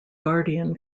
guardian